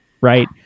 right